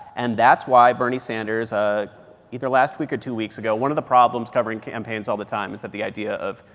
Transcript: and that's why bernie sanders, ah either last week or two weeks ago one of the problems covering campaigns all the time is that the idea of.